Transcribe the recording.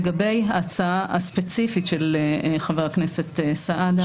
לגבי ההצעה הספציפית של חבר הכנסת סעדה,